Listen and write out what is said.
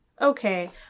okay